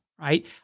right